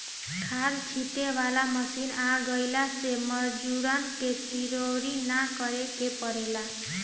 खाद छींटे वाला मशीन आ गइला से मजूरन के चिरौरी ना करे के पड़ेला